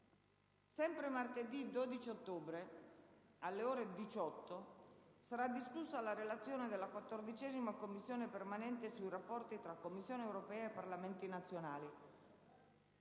Sempre martedì 12 ottobre, alle ore 18, sarà discussa la relazione della 14a Commissione permanente sui rapporti tra Commissione europea e Parlamenti nazionali.